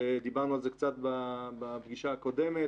ודיברנו על זה קצת בפגישה הקודמת.